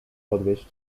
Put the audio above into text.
podwieźć